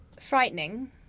frightening